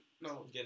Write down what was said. No